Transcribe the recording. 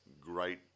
great